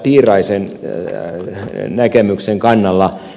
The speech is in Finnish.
piiraisen näkemyksen kannalla